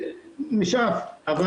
נשאף.